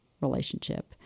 relationship